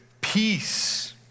peace